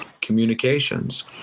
communications